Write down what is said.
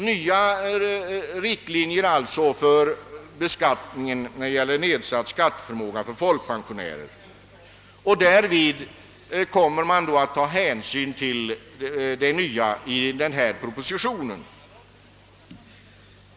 Vi får alltså nya riktlinjer för beskattningen när det gäller nedsatt skatteförmåga hos folkpensionärer och hänsyn kommer därvid att tas till nyheterna i den här föreliggande propositionen.